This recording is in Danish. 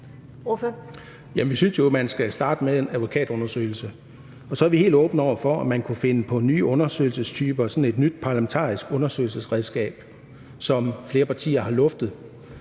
vi synes jo, at man skal starte med en advokatundersøgelse. Så er vi helt åbne over for, at man kunne finde på nye undersøgelsestyper, altså sådan et nyt parlamentarisk undersøgelsesredskab, som flere partier har luftet